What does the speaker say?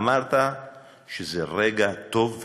אמרת שזה רגע טוב,